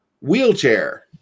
wheelchair